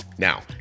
Now